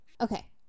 Okay